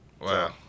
Wow